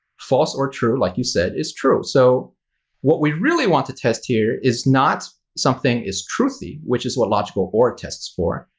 false or true, like you said, is true. so what we really want to test here is not something is truthy, which is what logical or tests for,